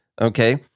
Okay